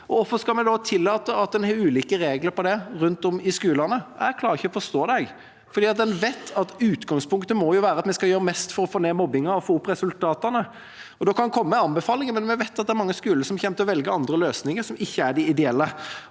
Hvorfor skal vi da tillate at en har ulike regler for det rundt om i skolene? Jeg klarer ikke å forstå det, for utgangspunktet må jo være at vi skal gjøre mest mulig for å få ned mobbingen og få opp resultatene. Vi kan komme med en anbefaling, men vi vet at det er mange skoler som kommer til å velge andre løsninger, som ikke er de ideelle.